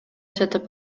сатып